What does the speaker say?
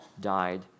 died